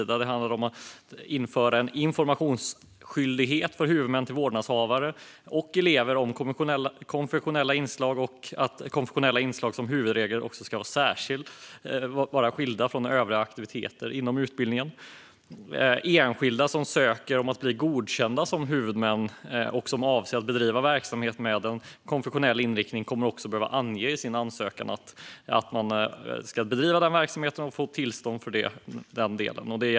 Det handlar om att införa informationsskyldighet för huvudmän till vårdnadshavare och elever om konfessionella inslag och att konfessionella inslag som huvudregel ska vara skilda från övriga aktiviteter inom utbildningen. Enskilda som ansöker om att bli godkända som huvudmän och som avser att bedriva verksamhet med en konfessionell inriktning kommer också att behöva ange det i sin ansökan och få tillstånd för det.